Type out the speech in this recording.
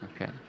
Okay